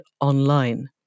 online